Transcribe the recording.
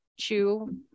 chew